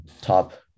top